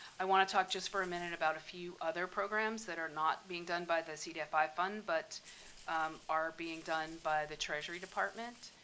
i want to talk just for a minute about a few other programs that are not being done by the cdfi fund but are being done by the treasury department.